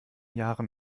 jahren